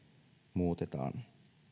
muutetaan